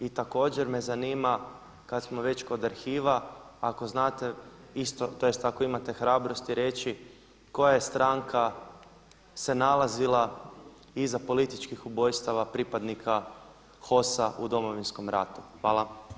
I također me zanima, kada smo već kod arhiva ako znate isto tj. ako imate hrabrosti reći, koja je stranka se nalazila iza političkih ubojstava pripadnika HOS-a u Domovinskom ratu.